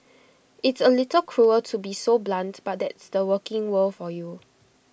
it's A little cruel to be so blunt but that's the working world for you